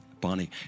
Bonnie